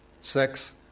sex